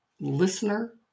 listener